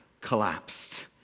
collapsed